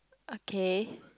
okay